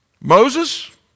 Moses